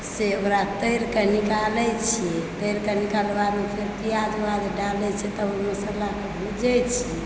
से ओकरा तरिकऽ निकालए छियै तरि कऽ निकालएके बाद फेर प्याज ओआज डालए छै तब मशालाकऽ भूजए छी